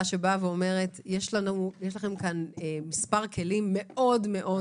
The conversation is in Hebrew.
שאומרת שיש לכם כאן מספר כלים מאוד מאוד